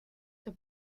the